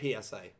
PSA